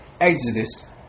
Exodus